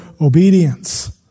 obedience